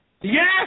Yes